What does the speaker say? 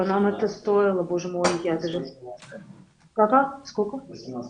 בסביבות שמונה עשר